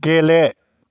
गेले